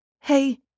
Hey